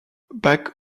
bach